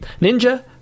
ninja